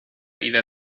إذا